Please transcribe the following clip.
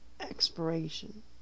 expiration